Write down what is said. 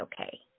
okay